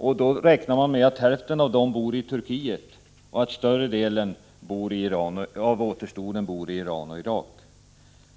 Man räknar med att hälften av dem bor i Turkiet och större delen av återstoden i Iran och Irak.